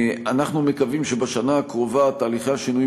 אנחנו מקווים שבשנה הקרובה תהליכי השינויים